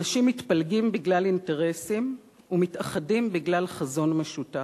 אנשים מתפלגים בגלל אינטרסים ומתאחדים בגלל חזון משותף.